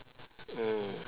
mm